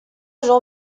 jean